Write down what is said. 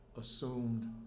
assumed